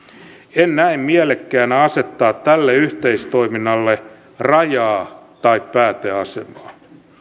en näe mielekkäänä asettaa tälle yhteistoiminnalle rajaa tai pääteasemaa